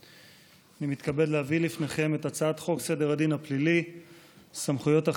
הצעת חוק סדר הדין הפלילי (סמכויות אכיפה,